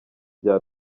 bya